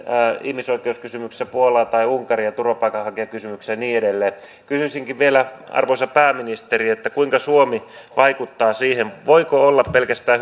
ihmisoikeuskysymyksissä puolaa tai unkaria turvapaikanhakijakysymyksissä ja niin edelleen kysyisinkin vielä arvoisa pääministeri kuinka suomi vaikuttaa siihen voiko olla pelkästään